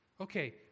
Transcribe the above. Okay